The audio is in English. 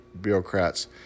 bureaucrats